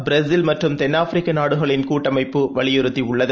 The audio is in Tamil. பிரேசில் மற்றும் தென்னாப்பிரிக்கா நாடுகளின் கூட்டமைப்பு வலியுறுத்தியுள்ளது